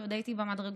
כשעוד הייתי במדרגות,